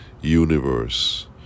universe